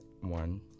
one